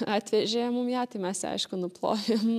atvežė mum ją tai mes aišku nuplovėm